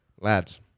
lads